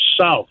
south